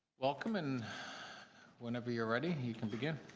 welcome and whenever you are ready you can begin.